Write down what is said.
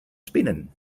spinnen